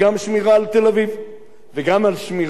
וגם שמירה על יהדותה של תל-אביב,